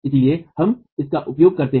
इसलिए हम उनका उपयोग करते हैं